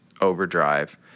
overdrive